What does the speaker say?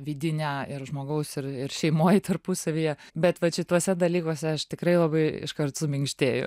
vidinę ir žmogaus ir ir šeimoj tarpusavyje bet vat šituose dalykuose aš tikrai labai iškart suminkštėju